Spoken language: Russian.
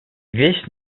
весь